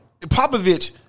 Popovich